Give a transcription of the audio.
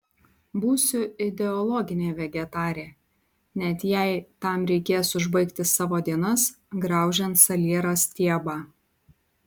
būsiu ideologinė vegetarė net jei tam reikės užbaigti savo dienas graužiant saliero stiebą